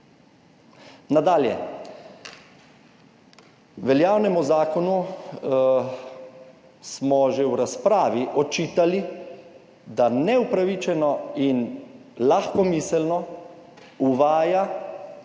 Nadalje, veljavnemu zakonu smo že v razpravi očitali, da neupravičeno in lahkomiselno uvaja